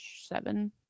seven